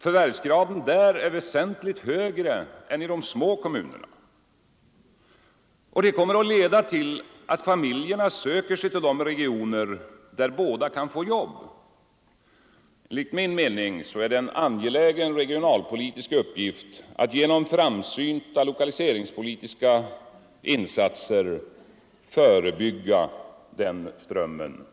Förvärvsgraden där är väsentligt högre än i små kommuner. Detta kommer att leda till att familjerna söker sig till de regioner där båda makarna kan få jobb. Enligt min mening är det en angelägen regionalpolitisk uppgift att genom framsynta lokaliseringspolitiska insatser förebygga den strömmen.